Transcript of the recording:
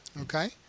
Okay